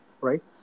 right